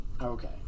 Okay